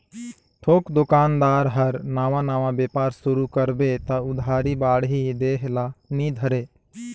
थोक दोकानदार हर नावा नावा बेपार सुरू करबे त उधारी बाड़ही देह ल नी धरे